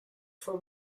for